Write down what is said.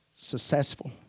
Successful